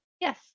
Yes